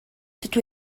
dydw